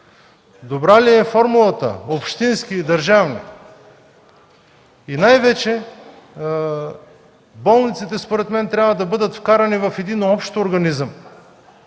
Добра ли е формулата общински и държавни? И най-вече болниците според мен трябва да бъдат вкарани в един общ организъм,